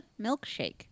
Milkshake